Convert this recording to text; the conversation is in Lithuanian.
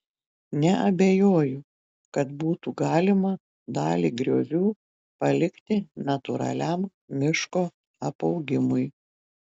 neabejoju kad būtų galima dalį griovių palikti natūraliam miško apaugimui